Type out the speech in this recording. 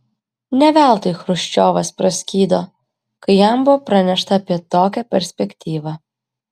ne veltui chruščiovas praskydo kai jam buvo pranešta apie tokią perspektyvą